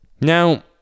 Now